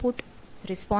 0